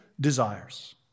desires